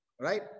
right